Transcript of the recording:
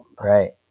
right